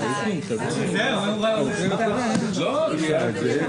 ודאי שכן.